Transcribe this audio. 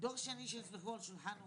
דור שני שנסמכו על שולחן הוריהם.